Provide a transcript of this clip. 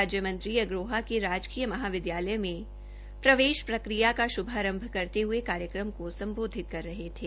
राज्य मंत्री अग्रोहा के राजकीय महाविद्यालय में प्रवेश प्रकिया का शुभारंभ करते हुए कार्यक्रम को संबोधित कर रहे थे